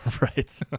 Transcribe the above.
Right